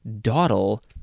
dawdle